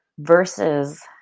versus